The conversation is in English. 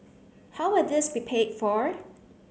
how will this be paid for